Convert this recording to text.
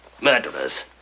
murderers